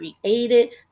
created